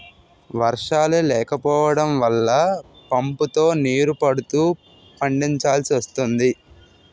వర్షాలే లేకపోడం వల్ల పంపుతో నీరు పడుతూ పండిచాల్సి వస్తోంది